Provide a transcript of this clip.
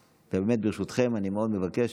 ברשותכם, אני מאוד מבקש